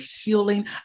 healing